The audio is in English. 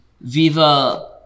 Viva